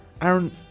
Aaron